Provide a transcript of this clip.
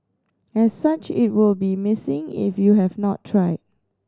as such it will be a missing if you have not tried